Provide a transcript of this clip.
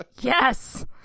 Yes